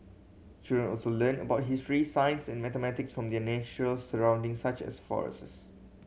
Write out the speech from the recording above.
children also learned about history science and mathematics from their natural surroundings such as forests